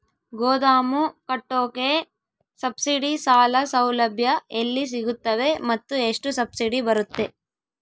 ಗೋದಾಮು ಕಟ್ಟೋಕೆ ಸಬ್ಸಿಡಿ ಸಾಲ ಸೌಲಭ್ಯ ಎಲ್ಲಿ ಸಿಗುತ್ತವೆ ಮತ್ತು ಎಷ್ಟು ಸಬ್ಸಿಡಿ ಬರುತ್ತೆ?